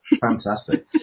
Fantastic